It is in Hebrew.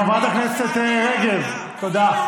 חברת הכנסת רגב, תודה.